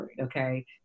okay